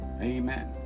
Amen